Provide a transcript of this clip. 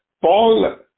Paul